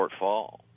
shortfall